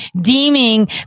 deeming